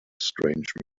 strange